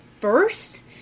first